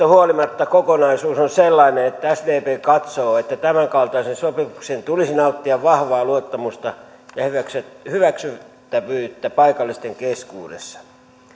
huolimatta kokonaisuus on sellainen että sdp katsoo että tämänkaltaisen sopimuksen tulisi nauttia vahvaa luottamusta ja hyväksyttävyyttä paikallisten keskuudessa